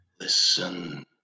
Listen